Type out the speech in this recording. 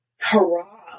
hurrah